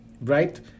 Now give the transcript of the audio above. right